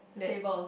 that